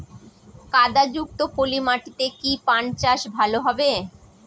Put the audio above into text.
কাদা যুক্ত পলি মাটিতে কি পান চাষ ভালো হবে?